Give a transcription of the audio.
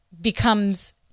becomes